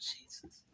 Jesus